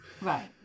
Right